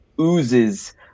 oozes